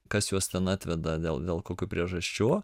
kas juos ten atveda dėl dėl kokių priežasčių